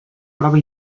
prova